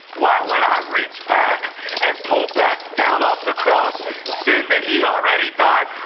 why would i reach back and pull back down off the cross sin that he already died